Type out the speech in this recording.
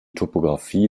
topografie